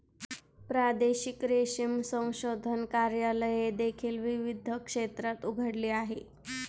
प्रादेशिक रेशीम संशोधन कार्यालये देखील विविध क्षेत्रात उघडली आहेत